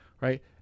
Right